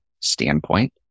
standpoint